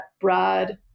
broad